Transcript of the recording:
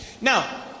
Now